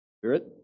spirit